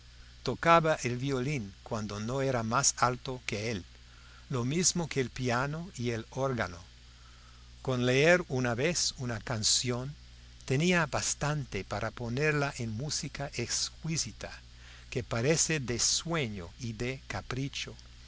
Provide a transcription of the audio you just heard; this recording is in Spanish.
tocaba el violín cuando no era más alto que él lo mismo que el piano y el órgano con leer una vez una canción tenía bastante para ponerla en música exquisita que parece de sueño y de capricho